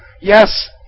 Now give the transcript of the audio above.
Yes